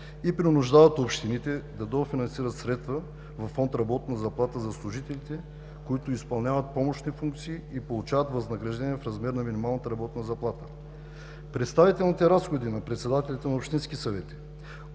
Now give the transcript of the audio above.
и принуждават общините да дофинансират средства във фонд „Работна заплата“ за служителите, които изпълняват помощни функции и получават възнаграждение в размер на минималната работна заплата. Представителните разходи на председателите на общински съвети